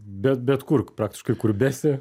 bet bet kur praktiškai kur besi